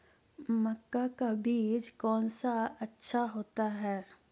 मक्का का बीज कौन सा अच्छा होता है?